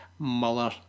Muller